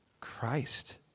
Christ